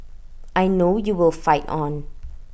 I know you will fight on